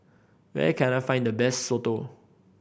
where can I find the best soto